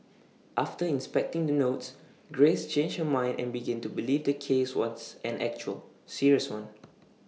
after inspecting the notes grace changed her mind and began to believe the case was an actual serious one